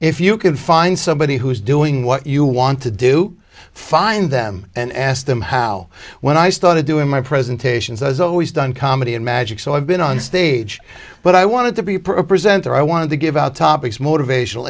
if you can find somebody who is doing what you want to do find them and ask them how when i started doing my presentations i was always done comedy and magic so i've been on stage but i wanted to be appropriate and that i wanted to give out topics motivational